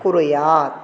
कुर्यात्